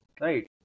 right